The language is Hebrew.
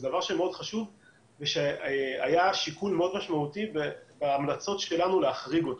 זה דבר מאוד חשוב ושהיה שיקול מאוד משמעותי בהמלצות שלנו להחריג אותו,